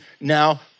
now